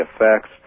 effects